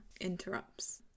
interrupts